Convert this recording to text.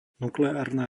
nukleárna